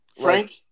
Frank